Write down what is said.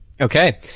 Okay